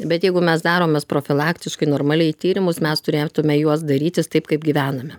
bet jeigu mes daromės profilaktiškai normaliai tyrimus mes turėtume juos darytis taip kaip gyvename